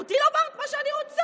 אבל זכותי לומר את מה שאני רוצה.